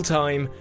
time